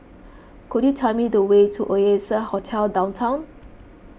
could you tell me the way to Oasia Hotel Downtown